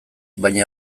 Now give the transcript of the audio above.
baina